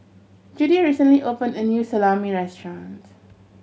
Judi recently opened a new Salami Restaurant